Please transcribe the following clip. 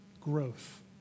growth